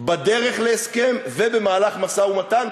בדרך להסכם ובמהלך משא-ומתן,